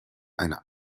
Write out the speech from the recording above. einer